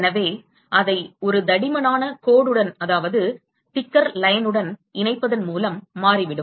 எனவே அதை ஒரு தடிமனான கோடுடன் இணைப்பதன் மூலம் மாறிவிடும்